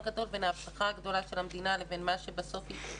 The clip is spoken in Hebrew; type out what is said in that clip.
גדול בין ההבטחה של המדינה לבין מה שבסוף.